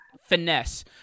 finesse